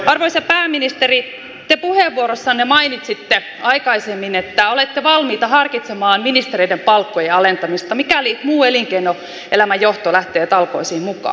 arvoisa pääministeri te puheenvuorossanne mainitsitte aikaisemmin että olette valmiita harkitsemaan ministereiden palkkojen alentamista mikäli muu elinkeinoelämän johto lähtee talkoisiin mukaan